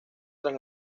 tras